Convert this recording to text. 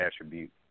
attribute